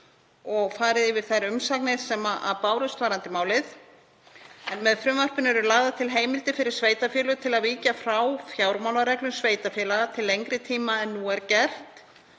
og farið yfir þær umsagnir sem bárust varðandi málið. Með frumvarpinu eru lagðar til heimildir fyrir sveitarfélög til að víkja frá fjármálareglum sveitarfélaga til lengri tíma en nú er gert.